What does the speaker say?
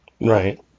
Right